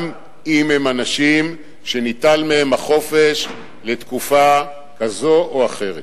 גם אם הם אנשים שניטל מהם החופש לתקופה כזאת או אחרת.